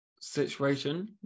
situation